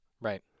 Right